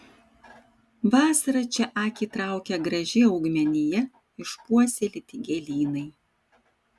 vasarą čia akį traukia graži augmenija išpuoselėti gėlynai